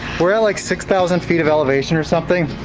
we're at like six thousand feet of elevation or something,